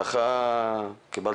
זה הכינוי שקיבלת.